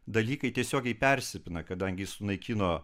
dalykai tiesiogiai persipina kadangi sunaikino